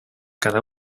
cada